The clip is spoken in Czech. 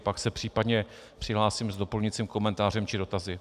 Pak se případně přihlásím s doplňujícím komentářem či dotazy.